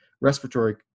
respiratory